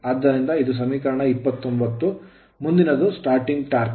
ಆದ್ದರಿಂದ ಇದು ಸಮೀಕರಣ 29 ಮುಂದಿನದು starting torque ಆರಂಭಿಕ ಟಾರ್ಕ್